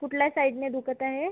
कुठल्या साईडने दुखत आहे